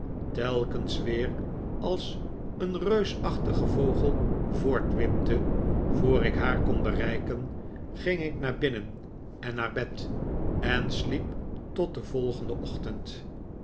telkens weer als een reusachtige vogel voortwipte voor ik haar kon bereiken ging ik naar binnen en naar bed en sliep tot den volgenden ochtend